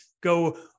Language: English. go